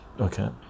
Okay